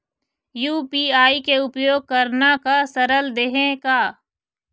UPI के उपयोग करना का सरल देहें का?